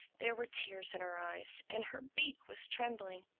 there were tears in her eyes and her beak was trembling.